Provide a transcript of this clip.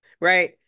Right